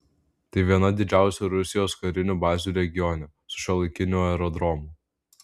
tai viena didžiausių rusijos karinių bazių regione su šiuolaikiniu aerodromu